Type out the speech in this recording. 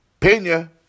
Pena